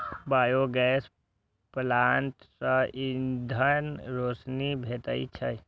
biogas plant सं ईंधन, रोशनी भेटै छै